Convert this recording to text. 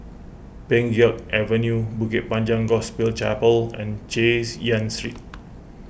Pheng Geck Avenue Bukit Panjang Gospel Chapel and Chay Yan Street